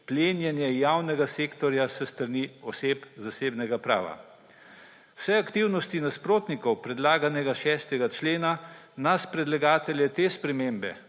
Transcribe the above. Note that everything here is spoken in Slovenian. plenjene javnega sektorja s strani oseb zasebnega prava. Vse aktivnosti nasprotnikov predlaganega 6. člena nas predlagatelje te spremembe,